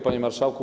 Panie Marszałku!